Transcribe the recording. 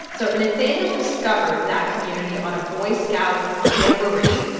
so nathaniel discovered that community on a boy scout jamboree